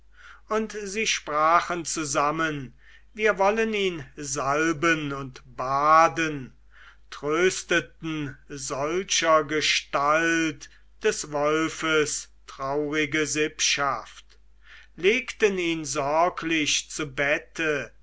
und sie sprachen zusammen wir wollen ihn salben und baden trösteten solchergestalt des wolfes traurige sippschaft legten ihn sorglich zu bette